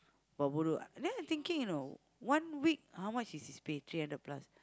buat bodoh then I thinking you know one week how much is his pay three hundred plus